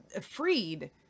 freed